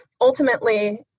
ultimately